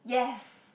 yes